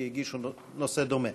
כי הגישו שאילתה בנושא דומה.